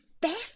best